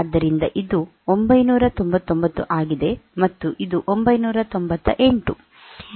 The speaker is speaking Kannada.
ಆದ್ದರಿಂದ ಇದು 999 ಆಗಿದೆ ಮತ್ತು ಇದು 998